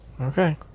Okay